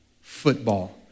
football